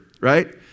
right